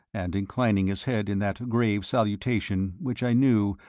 and inclining his head in that grave salutation which i knew,